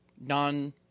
non